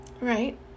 right